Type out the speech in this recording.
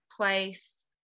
place